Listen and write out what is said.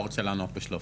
אני לא רוצה לענות בשלוף.